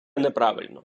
неправильно